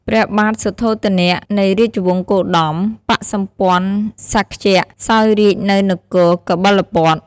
ព្រះបាទសុទ្ធោទនៈ នៃរាជវង្សគោតម បក្សសម្ព័ន្ធសាក្យៈ សោយរាជ្យនៅនគរកបិលពស្តុ។